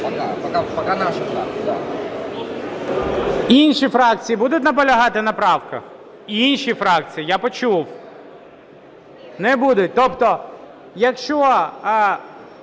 Інші фракції будуть наполягати на правках? Інші фракції. Я почув. Не будуть. Тобто якщо